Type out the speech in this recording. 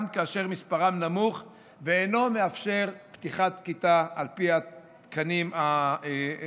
גם כאשר מספרם נמוך ואינו מאפשר פתיחת כיתה על פי התקנים הידועים.